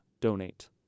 donate